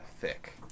thick